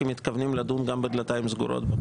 כי מתכוונים לדון גם בדלתיים סגורות?